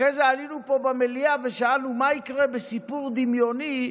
אחרי זה עלינו פה במליאה ושאלנו: מה יקרה בסיפור דמיוני,